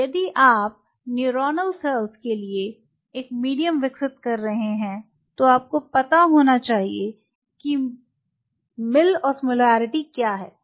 तो यदि आप न्यूरोनल सेल्स के लिए एक मीडियम विकसित कर रहे हैं तो आपको पता होना चाहिए कि मिल ऑस्मोलरिटी क्या है